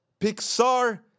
Pixar